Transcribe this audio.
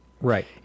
Right